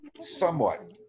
Somewhat